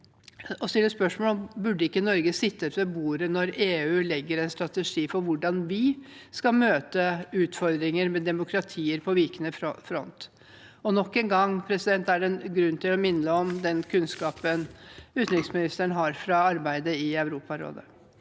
å stille spørsmål ved om ikke Norge burde ha sittet ved bordet når EU legger en strategi for hvordan vi skal møte utfordringer med demokratier på vikende front. Nok en gang er det grunn til å minne om den kunnskapen utenriksministeren har fra arbeidet i Europarådet.